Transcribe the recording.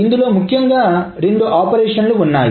ఇందులో ముఖ్యంగా రెండు ఆపరేషన్లు ఉన్నాయి